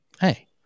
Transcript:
hey